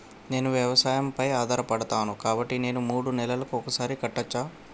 నేను వ్యవసాయం పై ఆధారపడతాను కాబట్టి నేను మూడు నెలలకు ఒక్కసారి కట్టచ్చా?